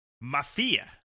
Mafia